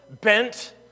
bent